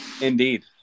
indeed